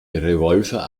revolver